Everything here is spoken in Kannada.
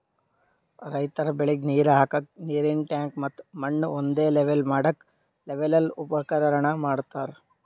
ರೈತರ್ ಬೆಳಿಗ್ ನೀರ್ ಹಾಕ್ಕಕ್ಕ್ ನೀರಿನ್ ಟ್ಯಾಂಕ್ ಮತ್ತ್ ಮಣ್ಣ್ ಒಂದೇ ಲೆವೆಲ್ ಮಾಡಕ್ಕ್ ಲೆವೆಲ್ಲರ್ ಉಪಕರಣ ಇಟ್ಟಿರತಾರ್